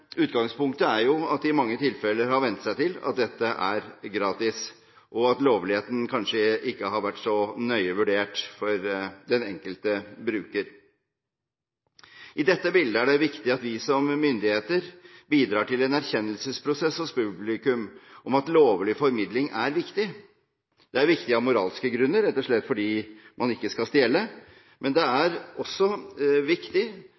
Utgangspunktet er at de i mange tilfeller har vent seg til at dette er gratis, og at lovligheten kanskje ikke har vært så nøye vurdert av den enkelte bruker. I dette bildet er det viktig at vi som myndigheter bidrar til en erkjennelsesprosess hos publikum om at lovlig formidling er viktig. Det er viktig av moralske grunner, rett og slett fordi man ikke skal stjele. Men det er også viktig,